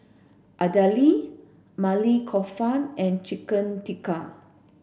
Idili Maili Kofta and Chicken Tikka